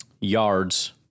Yards